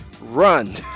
run